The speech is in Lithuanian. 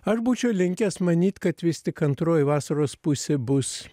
aš būčiau linkęs manyt kad vis tik antroji vasaros pusė bus